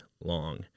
long